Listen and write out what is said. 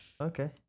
Okay